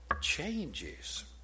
changes